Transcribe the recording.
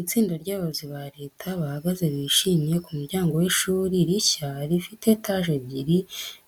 Itsinda ry’abayobozi ba leta bahagaze bishimye ku muryango w’ishuri rishya rifite etaje ebyiri,